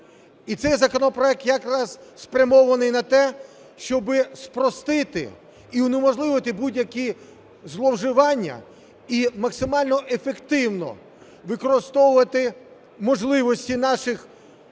І цей законопроект якраз спрямований на те, щоби спростити і унеможливити будь-які зловживання і максимально ефективно використовувати можливості наших